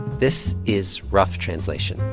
this is rough translation.